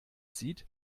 sieht